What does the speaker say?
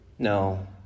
No